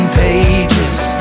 pages